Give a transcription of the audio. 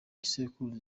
gisekuru